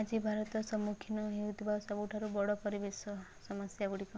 ଆଜି ଭାରତ ସମ୍ମୂଖୀନ ହେଉଥିବା ସବୁଠାରୁ ବଡ଼ ପରିବେଶ ସମସ୍ୟାଗୁଡ଼ିକ